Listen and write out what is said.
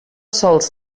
sols